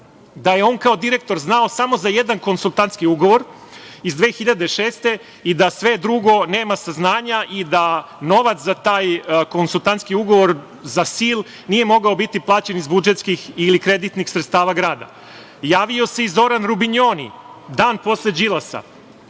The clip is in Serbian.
da je on kao direktor znao samo za jedan konsultantski ugovor iz 2006. godine i da za sve drugo nema saznanja i da novac za taj konsultantski ugovor za „Sil“ nije mogao biti plaćen iz budžetskih ili kreditnih sredstava grada. Javio se i Zoran Jubrinoni, dan posle Đilasa,